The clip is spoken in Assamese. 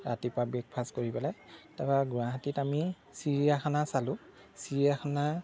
ৰাতিপুৱা ব্ৰেকফাষ্ট কৰি পেলাই তাৰপৰা গুৱাহাটীত আমি চিৰিয়াখানা চালোঁ চিৰিয়াখানা